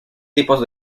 tipos